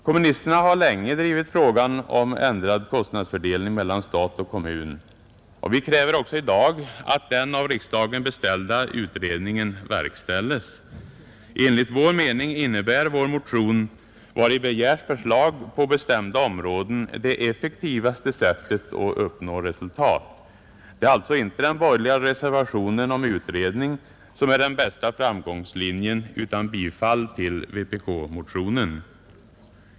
Kommunisterna har länge drivit frågan om ändrad kostnadsfördelning mellan stat och kommun, och vi kräver också i dag att den av riksdagen beställda utredningen verkställes. Enligt vår mening innebär vår motion, vari begärs förslag på bestämda områden, det effektivaste sättet att uppnå resultat. Det är alltså inte den borgerliga reservationen om utredning som är den bästa framgångslinjen utan ett bifall till vpk-motionen.